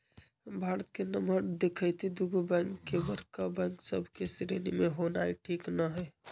भारत के नमहर देखइते दुगो बैंक के बड़का बैंक सभ के श्रेणी में होनाइ ठीक न हइ